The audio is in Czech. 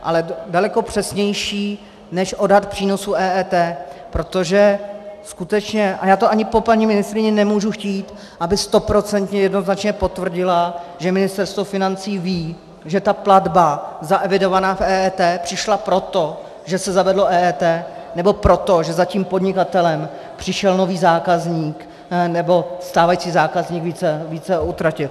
Ale daleko přesnější než odhad přínosu EET, protože skutečně a já to ani po paní ministryni nemůžu chtít, aby stoprocentně, jednoznačně potvrdila, že Ministerstvo financí ví, že platba zaevidovaná v EET přišla proto, že se zavedlo EET, nebo proto, že za tím podnikatelem přišel nový zákazník, nebo stávající zákazník více utratil.